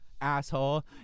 asshole